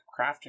crafting